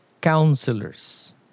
counselors